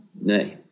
nay